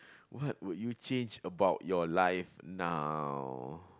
what would you change about your life now